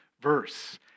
verse